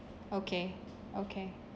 okay okay